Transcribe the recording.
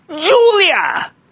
Julia